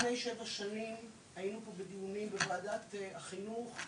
לפני שבע שנים היינו פה בדיונים בוועדת החינוך,